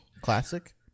classic